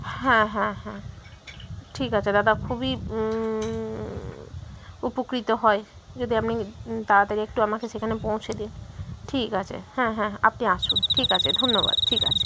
হ্যাঁ হ্যাঁ হ্যাঁ ঠিক আছে দাদা খুবই উপকৃত হই যদি আপনি তাড়াতাড়ি একটু আমাকে সেখানে পৌঁছে দেন ঠিক আছে হ্যাঁ হ্যাঁ আপনি আসুন ঠিক আছে ধন্যবাদ ঠিক আছে